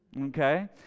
okay